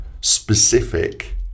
specific